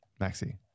Maxi